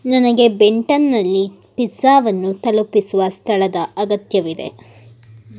ನನಗೆ ಬೆಂಟನ್ನಲ್ಲಿ ಪಿಜ್ಜಾವನ್ನು ತಲುಪಿಸುವ ಸ್ಥಳದ ಅಗತ್ಯವಿದೆ